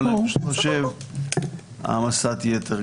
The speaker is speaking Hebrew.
אבל אני חושב שזו העמסת יתר,